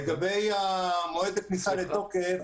לגבי מועד הכניסה לתוקף,